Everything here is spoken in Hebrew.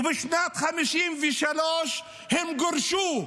ובשנת 1953 הם גורשו.